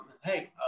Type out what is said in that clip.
hey